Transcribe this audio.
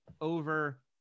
over